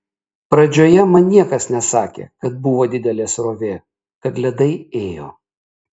pradžioje man niekas nesakė kad buvo didelė srovė kad ledai ėjo